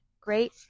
great